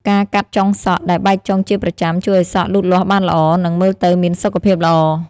ការកាត់ចុងសក់ដែលបែកចុងជាប្រចាំ ជួយឱ្យសក់លូតលាស់បានល្អ និងមើលទៅមានសុខភាពល្អ ។